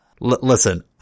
Listen